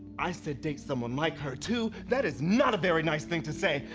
i said date someone like her two. that is not a very nice thing to say.